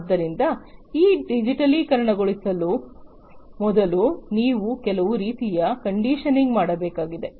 ಆದ್ದರಿಂದ ನೀವು ಡಿಜಿಟಲೀಕರಣಗೊಳಿಸುವ ಮೊದಲು ನೀವು ಕೆಲವು ರೀತಿಯ ಕಂಡೀಷನಿಂಗ್ ಮಾಡಬೇಕಾಗಿದೆ